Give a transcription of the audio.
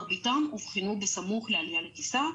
מרביתם אובחנו בסמוך לעלייה לטיסה.